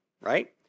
right